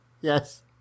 Yes